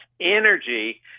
energy